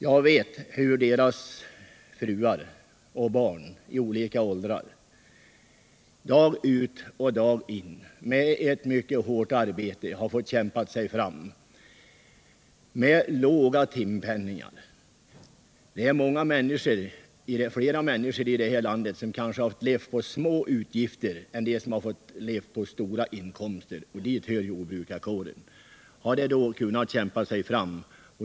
Jag vet hur deras fruar och barn i olika åldrar med ett mycket hårt arbete dag ut och dag in har fått kämpa sig fram med låga timpenningar. Det är mycket fler människor i det här landet som har levt på små utgifter än det är som har levt på stora inkomster. Dit hör jordbrukarkåren.